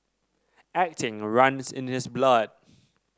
acting runs in his blood